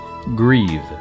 Grieve